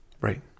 Right